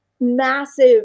massive